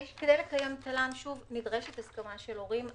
תל"ן נדרשת הסכמה של הורים.